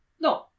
No